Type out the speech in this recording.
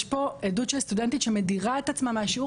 יש פה עדות של סטודנטית שמדירה את עצמה מהשיעור